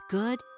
good